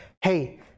hey